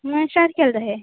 म्हून हांये स्टार्ट केले तहे